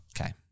Okay